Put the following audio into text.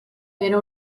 era